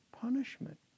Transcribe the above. punishment